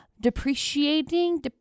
Depreciating